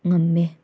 ꯉꯝꯃꯦ